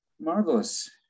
Marvelous